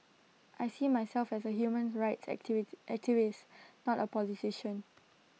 I see myself as A human rights activity activist not A politician